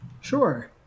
Sure